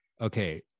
okay